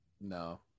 No